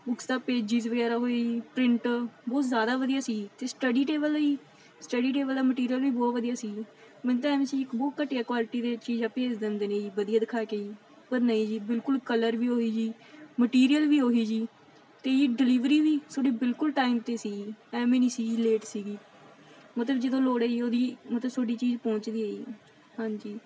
books ਦਾ pages ਵਗੈਰਾ print ਬਹੁਤ ਜ਼ਿਆਦਾ ਵਧੀਆ ਸੀ ਜੀ ਅਤੇ ਸਟੱਡੀ ਟੇਬਲ ਜੀ ਸਟੱਡੀ ਟੇਬਲ ਦਾ ਮਟੀਰੀਅਲ ਵੀ ਬਹੁਤ ਵਧੀਆ ਸੀ ਜੀ ਮੈਨੂੰ ਤਾਂ ਐਵੇਂ ਸੀ ਇੱਕ ਬਹੁਤ ਘਟੀਆ ਕੁਆਲਿਟੀ ਦੇ ਚੀਜ਼ ਆ ਭੇਜ ਦਿੰਦੇ ਨੇ ਜੀ ਵਧੀਆ ਦਿਖਾ ਕੇ ਪਰ ਨਹੀਂ ਜੀ ਬਿਲਕੁਲ ਕਲਰ ਵੀ ਉਹ ਹੀ ਜੀ ਮਟੀਰੀਅਲ ਵੀ ਉਹ ਹੀ ਜੀ ਅਤੇ ਜੀ ਡਿਲੀਵਰੀ ਵੀ ਤੁਹਾਡੀ ਬਿਲਕੁਲ ਟਾਈਮ 'ਤੇ ਸੀ ਜੀ ਐਵੇਂ ਨਹੀਂ ਸੀ ਸੀਗੀ ਮਤਲਬ ਜਦੋਂ ਲੋੜ ਹੈ ਉਹਦੀ ਮਤਲਬ ਤੁਹਾਡੀ ਚੀਜ਼ ਪਹੁੰਚਦੀ ਹੈ ਜੀ ਹਾਂਜੀ